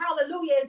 hallelujah